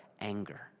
anger